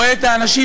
רואה את האנשים,